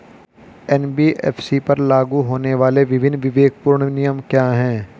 NBFC पर लागू होने वाले विभिन्न विवेकपूर्ण नियम क्या हैं?